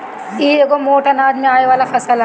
इ एगो मोट अनाज में आवे वाला फसल हवे